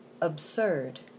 absurd